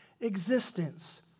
existence